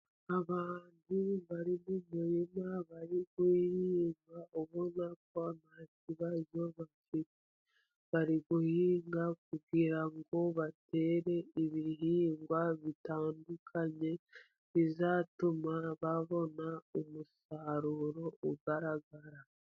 Abantu bari mu murima bari guhinga ubona ko nta kibazo bafite. Bari guhinga kugira ngo batere ibihingwa bitandukanye, bizatuma babona umusaruro ugaragara.